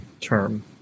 term